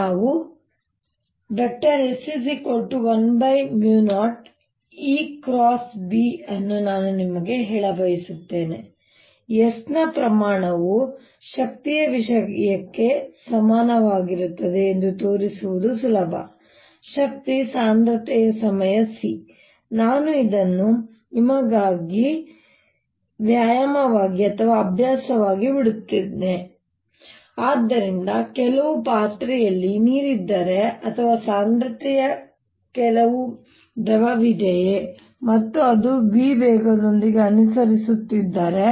ನಾವು S10EB ಅನ್ನು ನಾನು ನಿಮಗೆ ಹೇಳಬಯಸುತ್ತೇನೆ S ನ ಪ್ರಮಾಣವು ಶಕ್ತಿಯ ವಿಷಯಕ್ಕೆ ಸಮಾನವಾಗಿರುತ್ತದೆ ಎಂದು ತೋರಿಸುವುದು ಸುಲಭ ಶಕ್ತಿ ಸಾಂದ್ರತೆಯ ಸಮಯ c ಆದ್ದರಿಂದ ಕೆಲವು ಪಾತ್ರೆಯಲ್ಲಿ ನೀರಿದ್ದರೆ ಅಥವಾ ಸಾಂದ್ರತೆಯ ಕೆಲವು ದ್ರವವಿದೆಯೇ ಮತ್ತು ಅದು v ವೇಗದೊಂದಿಗೆ ಅನುಸರಿಸುತ್ತಿದ್ದರೆ